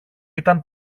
ήταν